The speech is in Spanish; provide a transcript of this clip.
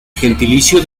gentilicio